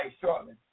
shortly